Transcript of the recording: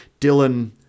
Dylan